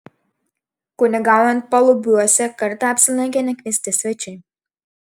kunigaujant palubiuose kartą apsilankė nekviesti svečiai